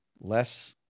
less